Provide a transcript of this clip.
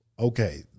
Okay